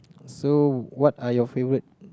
so what are your favourite